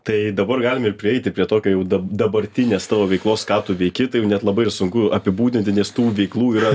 tai dabar galim ir prieiti prie tokio jau dab dabartinės tavo veiklos ką tu veiki tai jau net labai ir sunku apibūdinti nes tų veiklų yra